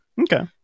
Okay